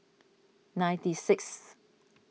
ninety sixth